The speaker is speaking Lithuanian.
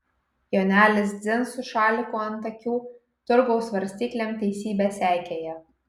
jonelis dzin su šaliku ant akių turgaus svarstyklėm teisybę seikėja